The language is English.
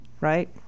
Right